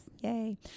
Yay